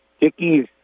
Dickie's